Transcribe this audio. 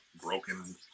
broken